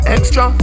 Extra